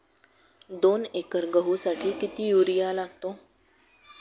दोन एकर गहूसाठी किती युरिया लागतो?